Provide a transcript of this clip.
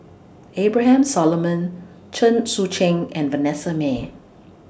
Abraham Solomon Chen Sucheng and Vanessa Mae